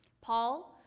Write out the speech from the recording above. Paul